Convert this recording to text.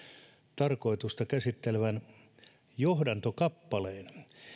tarkoitusta käsittelevän johdantokappaleen